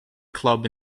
club